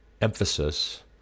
emphasis